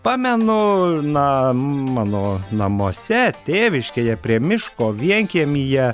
pamenu na mano namuose tėviškėje prie miško vienkiemyje